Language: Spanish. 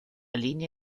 línea